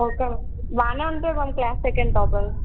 okay ma'am బాగానే ఉంటాడు ma'am class second topper